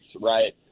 right